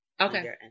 Okay